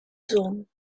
zon